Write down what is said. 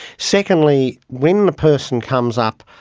secondly, when the person comes up,